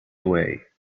away